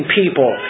people